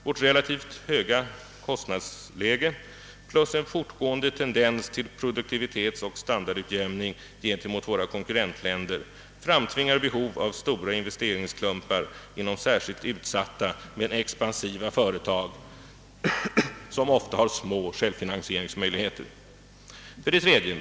Vårt relativt höga kostnadsläge samt en fortgående tendens till produktivitetsoch standardutjämning gentemot våra konkurrentländer, något som skapar behov av stora investeringsklumpar inom särskilt utsatta men expansiva företag som ofta har små självfinansieringsmöjligheter. 3.